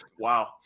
wow